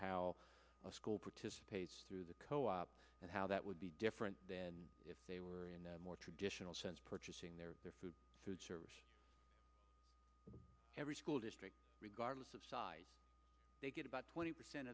how a school participates through the co op and how that would be different then if they were in a more traditional sense purchasing their their food food service every school district regardless of size they get about twenty percent